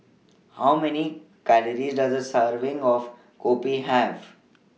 How Many Calories Does A Serving of Kopi Have